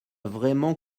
vraiment